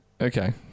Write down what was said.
Okay